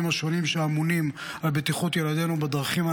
השונים שאמונים על בטיחות ילדינו בדרכים.